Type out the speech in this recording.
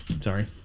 sorry